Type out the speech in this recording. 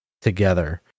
together